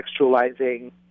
contextualizing